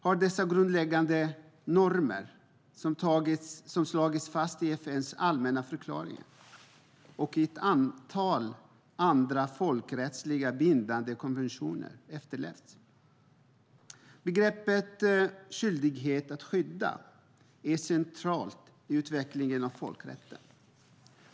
Har dessa grundläggande normer, som slagits fast i FN:s allmänna förklaring och i ett antal folkrättsligt bindande konventioner, efterlevts? Begreppet "skyldighet att skydda" är centralt i utvecklingen av folkrätten.